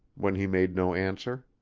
when he made no answer.